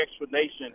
explanation